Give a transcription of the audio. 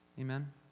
amen